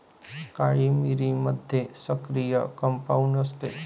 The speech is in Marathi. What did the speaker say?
काळी मिरीमध्ये सक्रिय कंपाऊंड असते